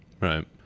Right